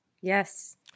Yes